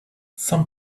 some